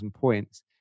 points